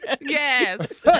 yes